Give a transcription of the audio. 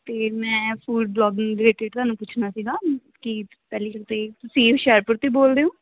ਅਤੇ ਮੈਂ food vlogging ਦੇ ਰਿਲੇਟਿਡ ਤੁਹਾਨੂੰ ਪੁੱਛਣਾ ਸੀਗਾ ਕਿ ਪਹਿਲੀ ਗੱਲ ਤਾਂ ਇਹ ਤੁਸੀਂ ਹੁਸ਼ਿਆਰਪੁਰ ਤੋਂ ਹੀ ਬੋਲਦੇ ਹੋ